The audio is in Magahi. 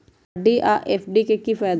आर.डी आ एफ.डी के कि फायदा हई?